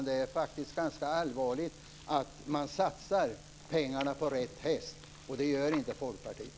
Det är faktiskt ganska viktigt att man satsar pengarna på rätt häst, och det gör inte Folkpartiet.